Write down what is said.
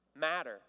matter